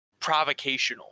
provocational